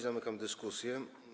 Zamykam dyskusję.